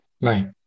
Right